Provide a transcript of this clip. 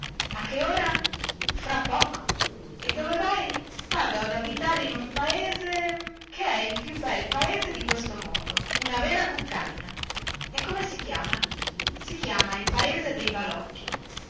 a che ora fra poco e dove vai vado ad abitare in un paese che è il più bel paese di questo mondo una vera cuccagna e come si chiama si chiama il paese dei balocchi